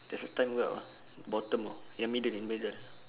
there's a time juga [tau] bottom [tau] yang middle yang middle